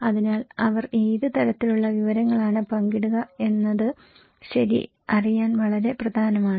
അതിനാൽ അവർ ഏത് തരത്തിലുള്ള വിവരങ്ങളാണ് പങ്കിടുക എന്നത് ശരി അറിയാൻ വളരെ പ്രധാനമാണ്